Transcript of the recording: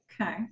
Okay